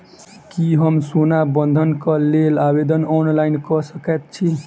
की हम सोना बंधन कऽ लेल आवेदन ऑनलाइन कऽ सकै छी?